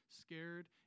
scared